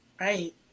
Right